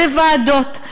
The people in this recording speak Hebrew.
בוועדות,